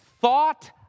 thought